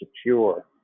secure